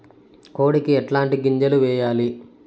కోడికి ఎట్లాంటి గింజలు వేయాలి?